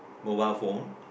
mobile phone